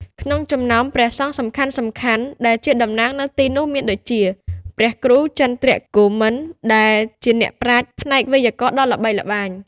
ក្នុងចំណោមព្រះសង្ឃសំខាន់ៗដែលជាតំណាងនៅទីនោះ មានដូចជា ព្រះគ្រូចន្ទ្រគោមិន ដែលជាអ្នកប្រាជ្ញផ្នែកវេយ្យាករណ៍ដ៏ល្បីល្បាញ។